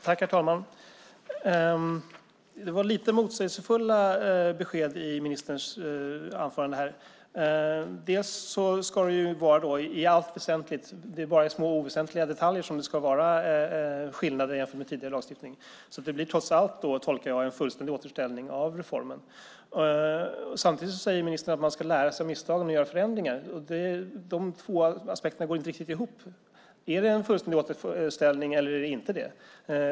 Herr talman! Det var lite motsägelsefulla besked i ministerns inlägg. Det ska vara detsamma som tidigare "i allt väsentligt". Det är bara i oväsentliga detaljer som det blir en skillnad jämfört med tidigare lagstiftning. Det blir trots allt, såsom jag tolkar det, en fullständig återställning av reformen. Samtidigt säger ministern att man ska lära sig av misstagen och göra förändringar. De två påståendena går inte riktigt ihop. Är det en fullständig återställning eller inte?